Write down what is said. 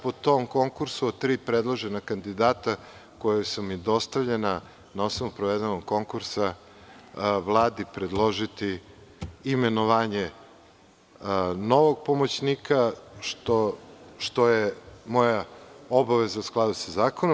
Po tom konkursu, od tri predložena kandidata koja su mi dostavljena na osnovu provedenog konkursa, Vladi predložiti imenovanje novog pomoćnika, što je moja obaveza u skladu sa zakonom.